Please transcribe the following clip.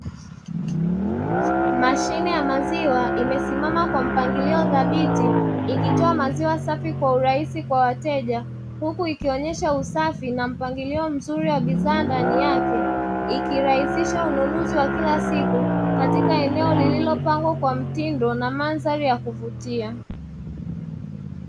Mashine ya maziwa imesimama kwa mpangilio dhabiti ikitoa maziwa safi kwa urahisi kwa wateja, huku ikionyesha usafi na mpangilio mzuri wa bidhaa ndani yake, ikirahisisha ununuzi wa kila siku katika eneo lililopangwa kwa mtindo na mandhari ya kuvutia.